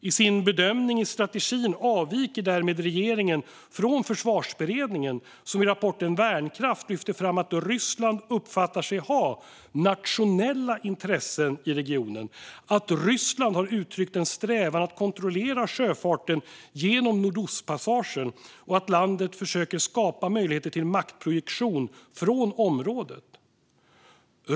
I sin bedömning i strategin avviker därmed regeringen från Försvarsberedningen, som i rapporten Värnkraft lyfter fram att Ryssland uppfattar sig ha nationella intressen i regionen, att Ryssland har uttryckt en strävan att kontrollera sjöfarten genom Nordostpassagen och att landet försöker att skapa möjligheter till maktprojektion från området.